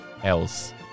else